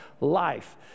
life